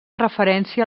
referència